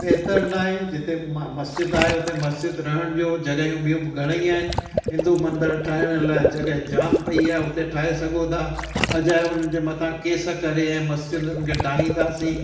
बेहतर न आहे जिते बि म मस्जिद आहे उते मस्जिद रहणु ॾियो जॻहियूं ॿियूं बि घणे ई आहिनि हिंदू मंदरु ठाइण लाइ जॻहि जामु पई आहे उते ठाहे सघो था अजायो हुननि जे मथां केस करे ऐं मस्जिदनि खे डाहींदासीं